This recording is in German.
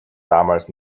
damals